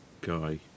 guy